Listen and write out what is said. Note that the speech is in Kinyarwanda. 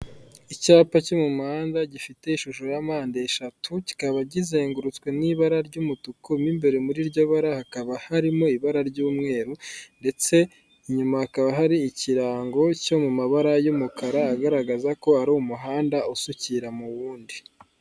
Icyapa cyo mu muhanda gifite ishusho yampande eshatu kikaba kizengurutswe n'ibara ry'umutuku' imbere muriryo bara hakaba harimo ibara ry'umweru, ndetse inyuma hakaba hari ikirango cyo mu mabara y'umukara agaragaza ko ari umuhanda usukira mu wundi.